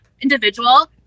individual